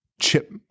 chip